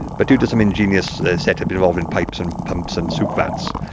but due to some ingenious setup involving pipes and pumps and soup vats,